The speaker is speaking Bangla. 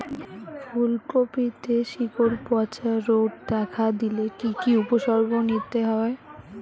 ফুলকপিতে শিকড় পচা রোগ দেখা দিলে কি কি উপসর্গ নিতে হয়?